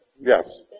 Yes